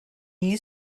you